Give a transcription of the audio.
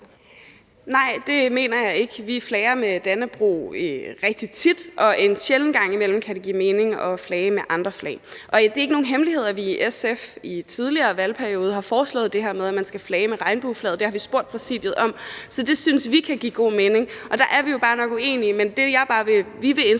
Nej, det mener jeg ikke. Vi flager med Dannebrog rigtig tit, og en sjælden gang imellem kan det give mening at flage med andre flag. Det er ikke nogen hemmelighed, at vi i SF i en tidligere valgperiode har foreslået det her med, at man skal flage med regnbueflaget. Det har vi spurgt Præsidiet om, for det synes vi kan give god mening, men der er vi jo nok bare uenige. Det, vi vil indstille